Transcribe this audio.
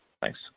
Thanks